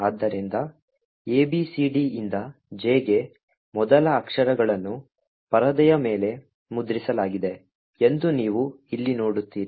ಆದ್ದರಿಂದ ABCDಯಿಂದ J ಗೆ ಮೊದಲ ಅಕ್ಷರಗಳನ್ನು ಪರದೆಯ ಮೇಲೆ ಮುದ್ರಿಸಲಾಗಿದೆ ಎಂದು ನೀವು ಇಲ್ಲಿ ನೋಡುತ್ತೀರಿ